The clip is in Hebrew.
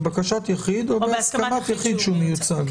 לבקשת יחיד או בהסכמת יחיד שהוא מיוצג.